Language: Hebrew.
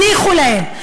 הניחו להם.